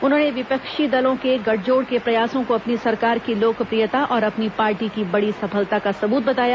उन्होंने विपक्षी दलों के गठजोड़ के प्रयासों को अपनी सरकार की लोकप्रियता और अपनी पार्टी की बड़ी सफलता का सबूत बताया